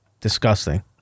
Disgusting